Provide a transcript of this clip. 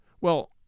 Well